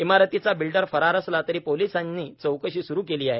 इमारतीचा बिल्डर फरार असला तरी पोलिसांनी चौकशी स्रू केली आहे